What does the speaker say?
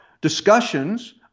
discussions